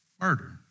murder